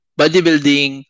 bodybuilding